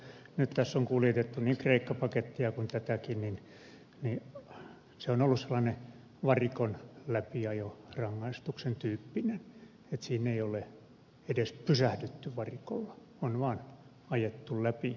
nyt tässä on kuljetettu niin kreikka pakettia kuin tätäkin niin että se on ollut sellainen varikon läpiajorangaistuksen tyyppinen siinä ei ole edes pysähdytty varikolla on vaan ajettu läpi